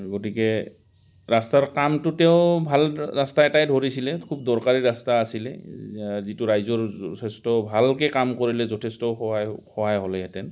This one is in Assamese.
গতিকে ৰাস্তাৰ কামটো তেওঁ ভাল ৰাস্তা এটাই ধৰিছিলে খুব দৰকাৰী ৰাস্তা আছিলে যিটো ৰাইজৰ যথেষ্ট ভালকৈ কাম কৰিলে যথেষ্ট সহায় সহায় হ'লেহেঁতেন